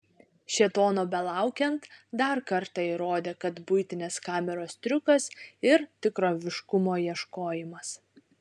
šėtono belaukiant dar kartą įrodė kad buitinės kameros triukas ir tikroviškumo ieškojimas